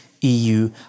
EU